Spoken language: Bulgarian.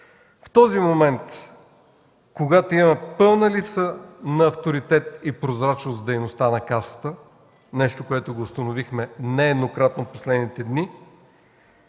В този момент, когато има пълна липса на авторитет и прозрачност в дейността на Касата – нещо, което установихме нееднократно през последните дни,